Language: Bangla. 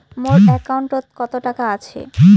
মোর একাউন্টত কত টাকা আছে?